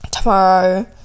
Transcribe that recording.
Tomorrow